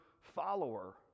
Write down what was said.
follower